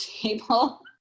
table